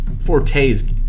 Forte's